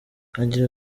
agira